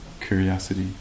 curiosity